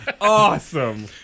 Awesome